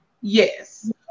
yes